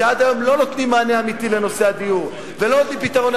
שעד היום לא נותנים מענה אמיתי לנושא הדיור ולא נותנים פתרון,